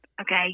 okay